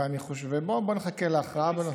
ובוא נחכה להכרעה בנושא.